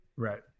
Right